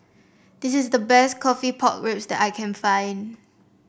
this is the best coffee Pork Ribs that I can find